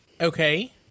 Okay